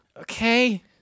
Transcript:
Okay